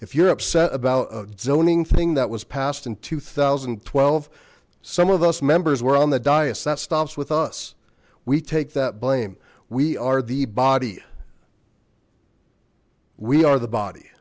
if you're upset about a zoning thing that was passed in two thousand and twelve some of us members were on the dyess that stops with us we take that blame we are the body we are the body